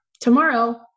tomorrow